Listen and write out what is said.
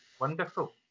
wonderful